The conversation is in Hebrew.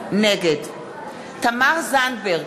נגד תמר זנדברג,